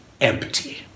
empty